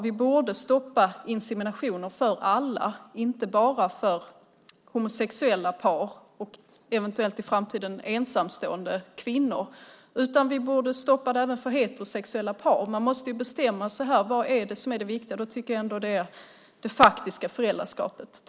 Då borde vi stoppa inseminationer för alla, inte bara för homosexuella par och eventuellt i framtiden ensamstående kvinnor, utan även för heterosexuella par. Man måste bestämma sig för vad som är det viktiga. Då tycker jag ändå att det är det faktiska föräldraskapet.